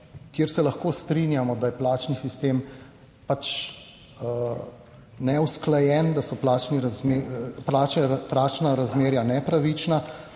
kjer se lahko strinjamo, da je plačni sistem neusklajen, da so plačne plačna razmerja nepravična,